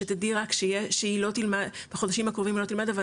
שתדעי רק שהיא בחודשים הקרובים היא לא תלמד' אבל